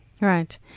Right